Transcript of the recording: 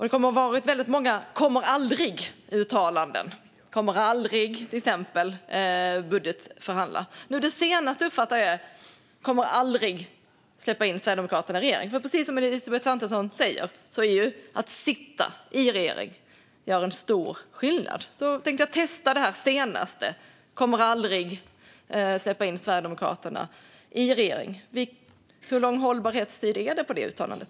Det kommer att ha varit väldigt många kommer-aldrig-uttalanden, till exempel kommer aldrig att budgetförhandla. Det senaste uppfattar jag är att man aldrig kommer att släppa in Sverigedemokraterna i en regering. Precis som Elisabeth Svantesson säger gör det stor skillnad att sitta i regering. Då tänkte jag testa det senaste: kommer aldrig att släppa in Sverigedemokraterna i regering. Hur lång hållbarhetstid är det på det uttalandet?